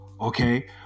Okay